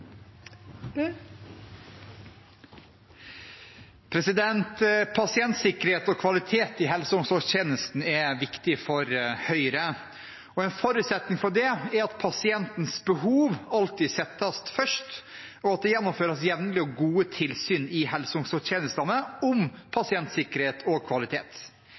En forutsetning for det er at pasientens behov alltid settes først, og at det gjennomføres jevnlige og gode tilsyn i helse- og omsorgstjenesten om pasientsikkerhet og kvalitet.